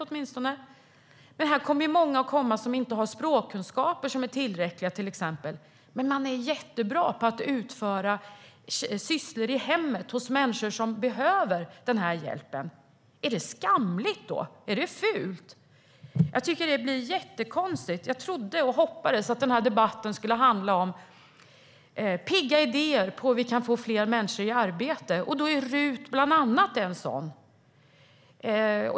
Det kommer att komma många som inte har tillräckliga språkkunskaper men som är jättebra på att utföra sysslor i hemmet hos människor som behöver hjälp. Är det skamligt eller fult? Jag tycker att det blir jättekonstigt. Jag trodde och hoppades att denna debatt skulle handla om pigga idéer om hur vi kan få fler människor i arbete. En sådan är bland annat RUT.